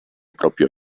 proprio